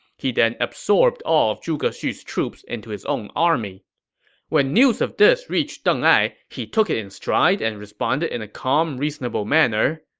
he then absorbed all of zhuge xu's troops into his own army when news of this reached deng ai, he took it in stride and responded in a calm, reasonable manner.